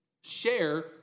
Share